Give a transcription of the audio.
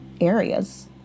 areas